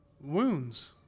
wounds